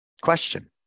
Question